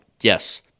Yes